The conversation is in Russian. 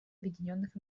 объединенных